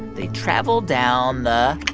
they travel down the